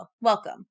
welcome